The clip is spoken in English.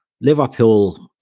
Liverpool